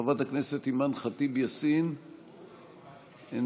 חברת הכנסת אימאן ח'טיב יאסין, נמצאת,